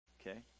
Okay